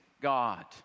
God